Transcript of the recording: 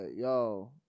yo